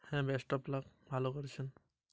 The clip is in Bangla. স্যার আমি একটি নতুন ব্যবসা শুরু করেছি?